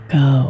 go